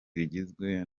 rigizwe